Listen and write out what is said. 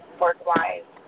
work-wise